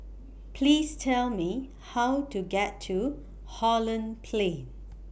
Please Tell Me How to get to Holland Plain